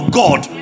god